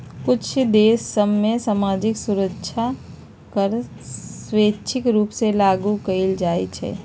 कुछ देश सभ में सामाजिक सुरक्षा कर स्वैच्छिक रूप से लागू कएल जाइ छइ